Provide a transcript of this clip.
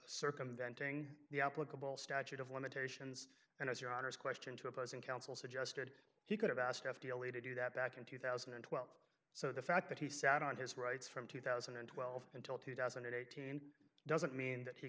circumventing the applicable statute of limitations and as your honor is question two opposing counsel suggested he could have asked f d a only to do that back in two thousand and twelve so the fact that he sat on his rights from two thousand and twelve until two thousand and eighteen doesn't mean that he